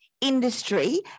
industry